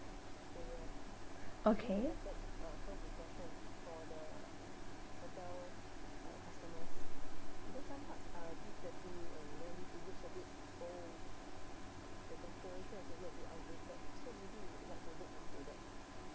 okay